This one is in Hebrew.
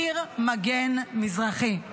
קיר מגן מזרחי.